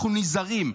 אנחנו נזהרים.